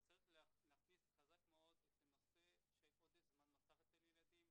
צריך להכניס חזק מאוד את הנושא של עודף זמן מסך אצל ילדים,